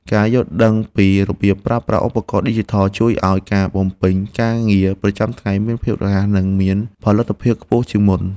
ការយល់ដឹងពីរបៀបប្រើប្រាស់ឧបករណ៍ឌីជីថលជួយឱ្យការបំពេញការងារប្រចាំថ្ងៃមានភាពរហ័ស និងមានផលិតភាពខ្ពស់ជាងមុន។